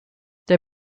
der